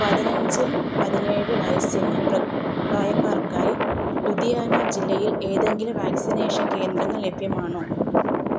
പതിനഞ്ചും പതിനേഴ് വയസ്സിന് പ്ര പ്രായക്കാർക്കായി ലുധിയാന ജില്ലയിൽ ഏതെങ്കിലും വാക്സിനേഷൻ കേന്ദ്രങ്ങൾ ലഭ്യമാണോ